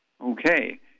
Okay